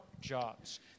jobs